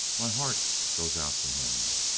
my heart goes out to him!